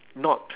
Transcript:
not